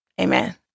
Amen